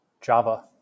Java